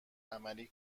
عملی